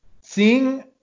Seeing